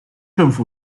政府